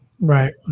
Right